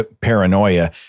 paranoia